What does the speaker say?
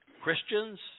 Christians